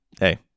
Hey